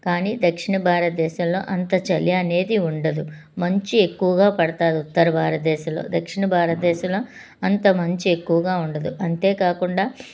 కాని దక్షిణ భారతదేశంలో అంత చలి అనేది ఉండదు మంచు ఎక్కువగా పడుతుంది ఉత్తర భారతదేశంలో దక్షిణ భారతదేశంలో అంత మంచు ఎక్కువగా ఉండదు అంతేకాకుండా